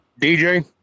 DJ